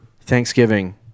Thanksgiving